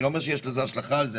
אני לא אומר שיש לזה השלכה על זה.